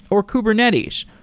or kubernetes,